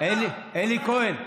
אתה, אלי כהן,